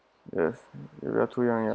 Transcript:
yes we we are too young ya